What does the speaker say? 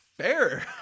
Fair